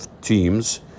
Teams